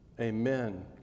Amen